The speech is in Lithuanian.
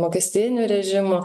mokestinių režimų